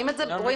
לא.